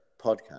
podcast